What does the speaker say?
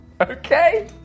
Okay